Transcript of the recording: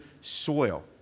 soil